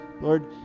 Lord